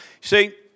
See